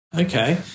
Okay